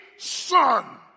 Son